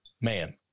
man